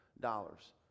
dollars